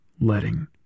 letting